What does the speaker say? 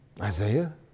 Isaiah